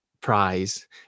prize